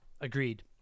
agreed